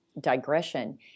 digression